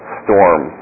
storm